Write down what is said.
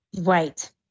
Right